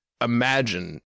imagine